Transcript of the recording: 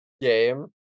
game